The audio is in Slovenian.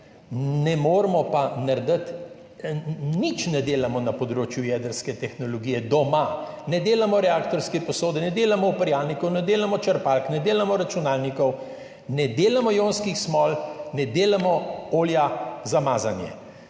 ne moremo pa narediti oziroma nič ne delamo na področju jedrske tehnologije doma. Ne delamo reaktorske posode, ne delamo uparjalnikov, ne delamo črpalk, ne delamo računalnikov, ne delamo ionskih smol, ne delamo olja za mazanje.